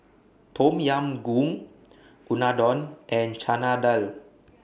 Tom Yam Goong Unadon and Chana Dal